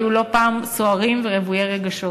היו לא פעם סוערים ורוויי רגשות,